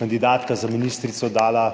kandidatka za ministrico dala